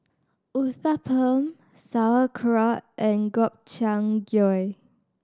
Uthapam Sauerkraut and Gobchang Gui